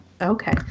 Okay